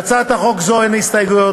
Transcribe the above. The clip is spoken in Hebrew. להצעת חוק זו אין הסתייגויות.